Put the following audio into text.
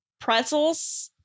pretzels